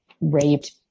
raped